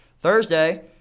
Thursday